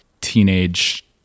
teenage